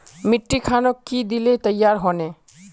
मिट्टी खानोक की दिले तैयार होने?